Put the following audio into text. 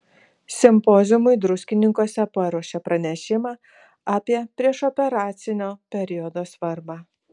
simpoziumui druskininkuose paruošė pranešimą apie priešoperacinio periodo svarbą